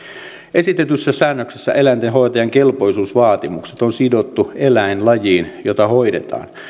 esitetyssä säännöksessä eläintenhoitajan kelpoisuusvaatimukset on sidottu eläinlajiin jota hoidetaan